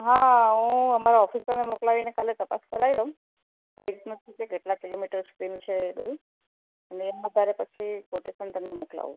હા હું હમણાં ઓફિસમાં મોકલાવીને કાલે તપાસ કરાવી લઉં કઈ રીતનું છે કેટલા કિલોમીટર સુધીનું છે એ બધું અને ત્યારે પછી હું કોટેશન તમને મોકલાવું